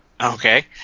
okay